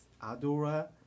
Adora